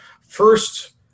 first